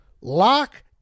Lock